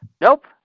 Nope